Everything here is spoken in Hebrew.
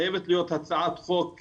חייבת להיות הצעת חוק,